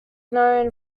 known